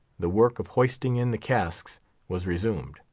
the work of hoisting in the casks was resumed,